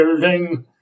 building